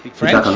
french,